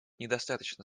недостаточно